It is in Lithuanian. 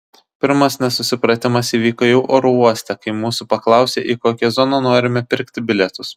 pirmas nesusipratimas įvyko jau oro uoste kai mūsų paklausė į kokią zoną norime pirkti bilietus